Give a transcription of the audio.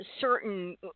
certain